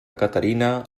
caterina